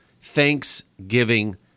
Thanksgiving